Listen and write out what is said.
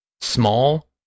small